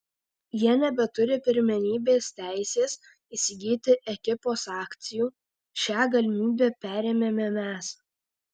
jie nebeturi pirmenybės teisės įsigyti ekipos akcijų šią galimybę perėmėme mes